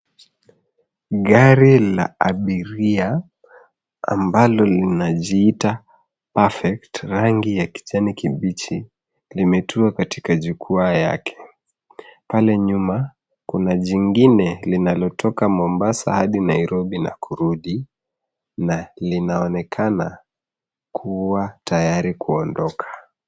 Gari la abiria ambalo linajiita Perfect rangi ya kijani kibichi limetundwa katika jukua yake. Pale nyuma kuna jingine linalotoka Mombasa hadi Nairobi na kurudi na linaonekana kuwa tayari kuondoka.